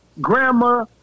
grandma